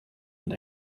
and